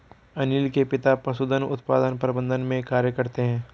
अनील के पिता पशुधन उत्पादन प्रबंधन में कार्य करते है